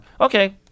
Okay